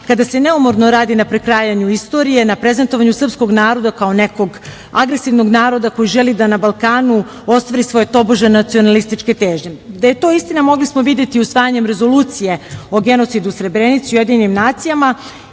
kada se neumorno radi na prekrajanju istorije, na prezentovanju srpskog naroda kao nekog agresivnog naroda koji želi da na Balkanu ostvari svoje tobože nacionalističke težnje. Da je to istina mogli smo videti usvajanjem rezolucije o genocidu u Srebrenici u UN. Tu smo